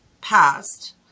past